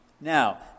Now